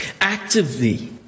Actively